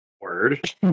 word